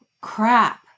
crap